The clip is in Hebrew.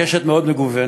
קשת מאוד מגוונת.